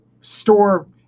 store